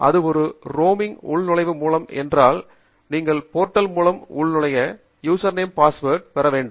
அது ஒரு ரோமிங் உள்நுழைவு மூலம் என்றால் நீங்கள் போர்டல் மூலம் உள்நுழைய யூசர் நேம் அண்ட் பாஸ்வேர்டு பெற வேண்டும்